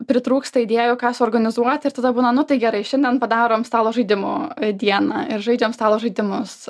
pritrūksta idėjų ką suorganizuoti ir tada būna nu tai gerai šiandien padarom stalo žaidimo dieną ir žaidžiam stalo žaidimus